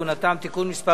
(בחירת ראש הרשות וסגניו וכהונתם) (תיקון מס'